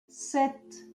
sept